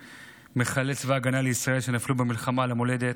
מחיילי צבא הגנה לישראל שנפלו במלחמה על המולדת.